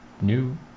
New